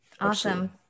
awesome